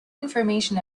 information